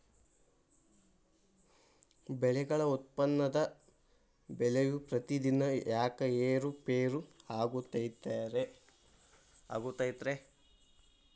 ಬೆಳೆಗಳ ಉತ್ಪನ್ನದ ಬೆಲೆಯು ಪ್ರತಿದಿನ ಯಾಕ ಏರು ಪೇರು ಆಗುತ್ತೈತರೇ?